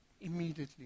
immediately